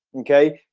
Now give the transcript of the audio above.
okay,